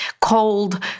cold